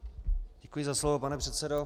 Děkuji za slovo, pane předsedo.